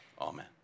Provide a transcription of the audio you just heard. Amen